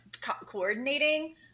coordinating